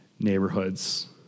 neighborhoods